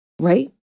right